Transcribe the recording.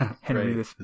Henry